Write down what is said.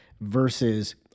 versus